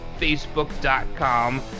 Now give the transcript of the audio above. Facebook.com